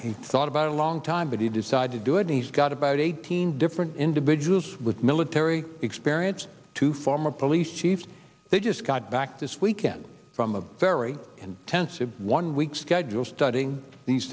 he thought about a long time but he decided to do it and he's got about eighteen different individuals with military experience two former police chiefs they just got back this weekend from a very intensive one week schedule studying these